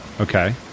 Okay